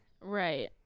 Right